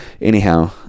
Anyhow